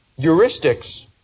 heuristics